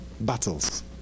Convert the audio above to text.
battles